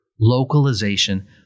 localization